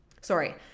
Sorry